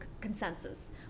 consensus